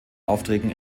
aufträgen